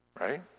Right